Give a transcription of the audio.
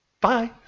Bye